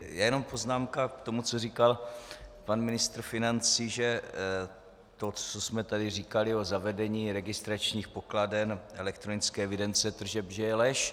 Jenom poznámka k tomu, co říkal pan ministr financí, že to, co jsme tady říkali o zavedení registračních pokladen elektronické evidence tržeb, je lež.